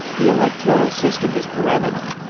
the electoral system is pyramidal.